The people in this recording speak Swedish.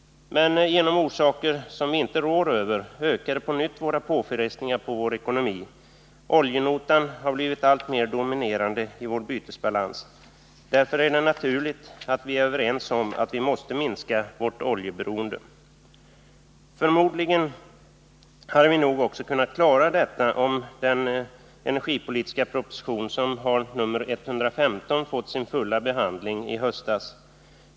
Men genom orsaker som vi inte rår över ökade på nytt påfrestningarna på vår ekonomi. Oljenotan har blivit alltmer dominerande i vår bytesbalans. Därför är det naturligt att vi är överens om att vi måste minska vårt oljeberoende. Förmodligen hade vi nog också klarat detta om den energipolitiska proposition som har nr 115 fått sin fulla behandling i höstas.